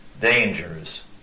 dangers